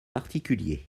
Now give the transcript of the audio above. particuliers